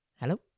Hello